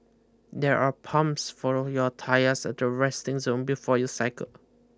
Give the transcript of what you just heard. there are pumps for your tyres at the resting zone before you cycle